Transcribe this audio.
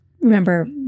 remember